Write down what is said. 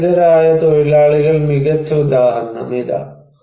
ഭൂരഹിതരായ തൊഴിലാളികൾ മികച്ച ഉദാഹരണം ഇതാ